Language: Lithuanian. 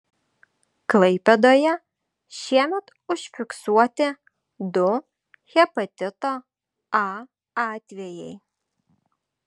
klaipėdoje šiemet užfiksuoti du hepatito a atvejai